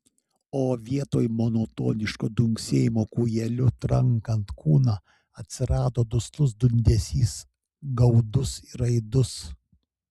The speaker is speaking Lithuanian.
o vietoj monotoniško dunksėjimo kūjeliu trankant kūną atsirado duslus dundesys gaudus ir aidus